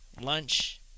lunch